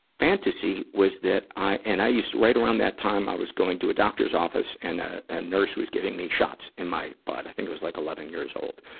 fantasy was that i and i used, right around that time, i was going to a doctor's office and, ah, a nurse was giving me shots in my butt. i think i was like eleven years old,